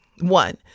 One